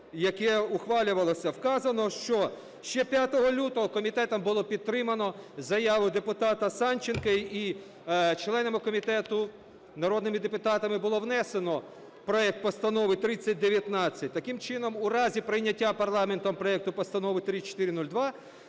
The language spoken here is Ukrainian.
яке ухвалювалося, вказано, що ще 5 лютого комітетом було підтримано заяву депутата Санченка і членами комітету, народними депутатами було внесено проект Постанови 3019. Таким чином, в разі прийняття парламентом проекту Постанови 3402